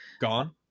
Gone